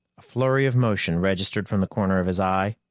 a flurry of motion registered from the corner of his eye,